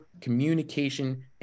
communication